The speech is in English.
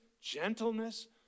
gentleness